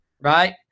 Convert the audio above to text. right